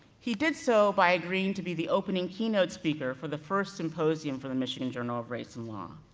he did so, by agreeing to be the opening keynote speaker for the first symposium for the michigan journal of race and law,